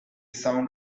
sound